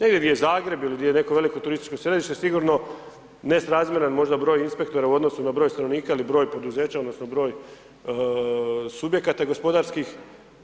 Ili gdje je Zagreb, ili gdje je neko veliko turističko središte, sigurno nesrazmjeran možda broj inspektora u odnosu na broj stanovnika, ili broj poduzeća odnosno broj subjekata gospodarskih,